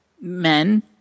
men